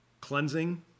cleansing